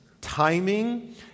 timing